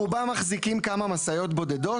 רובם מחזיקים כמה משאיות בודדות.